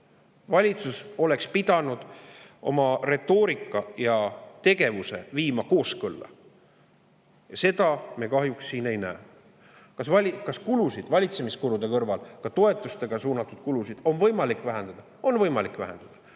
Valitsus oleks pidanud viima oma retoorika ja tegevuse kooskõlla, ja seda me kahjuks siin ei näe. Kas kulusid valitsemiskulude kõrval, ka toetusteks suunatud kulusid, on võimalik vähendada? On võimalik vähendada.